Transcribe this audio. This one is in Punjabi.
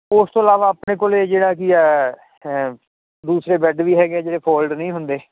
ਓਸ ਤੋਂ ਇਲਾਵਾ ਆਪਣੇ ਕੋਲ ਜਿਹੜਾ ਕੀ ਐ ਦੂਸਰੇ ਬੈੱਡ ਵੀ ਹੈਗੇ ਜਿਹੜੇ ਫੋਲਡ ਨੀ ਹੁੰਦੇ